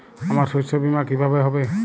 আমার শস্য বীমা কিভাবে হবে?